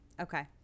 Okay